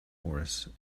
horse